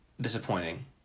disappointing